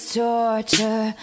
torture